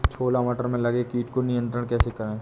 छोला मटर में लगे कीट को नियंत्रण कैसे करें?